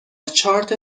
چارت